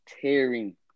tearing